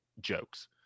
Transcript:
jokes